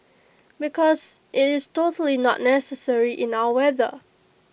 because IT is totally not necessary in our weather